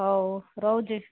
ହଉ ରହୁଛି